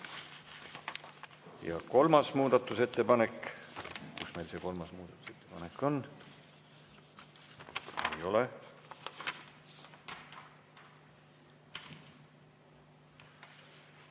Ja kolmas muudatusettepanek ... Kus meil see kolmas muudatusettepanek on? Ei ole.